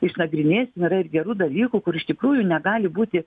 išnagrinėsim yra ir gerų dalykų kur iš tikrųjų negali būti